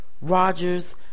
Rogers